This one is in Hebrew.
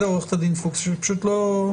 אני אעביר את הנקודה הזאת.